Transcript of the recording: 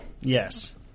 yes